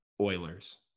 Oilers